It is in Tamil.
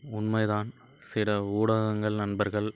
உண்மை தான் சில ஊடகங்கள் நண்பர்கள்